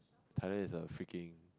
Thailand is a freaking